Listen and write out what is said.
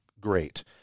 great